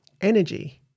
Energy